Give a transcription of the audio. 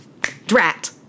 drat